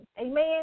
Amen